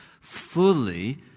fully